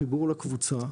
החיבור לקבוצה,